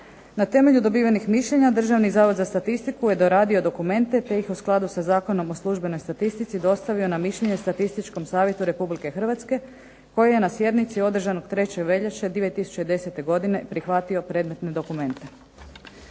Na temelju dobivenih mišljenja Državni zavod za statistiku je doradio dokumente, te ih u skladu sa Zakonom o službenoj statistici dostavio na mišljenje Statističkom savjetu Republike Hrvatske, koji je na sjednici održanoj 3. veljače 2010. godine prihvatio predmetne dokumente.